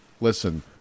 Listen